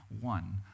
one